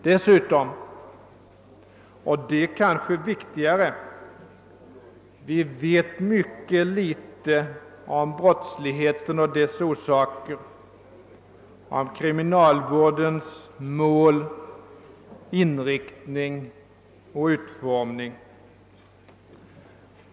Dessutom — och detta är kanske viktigare — vet vi mycket litet om brottsligheten och dess orsaker, om kriminalvårdens mål, inriktning och utformning.